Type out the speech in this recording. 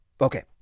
Okay